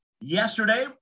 Yesterday